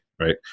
right